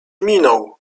minął